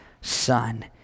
son